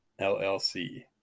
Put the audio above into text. LLC